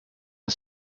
the